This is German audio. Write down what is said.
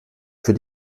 für